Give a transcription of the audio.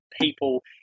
people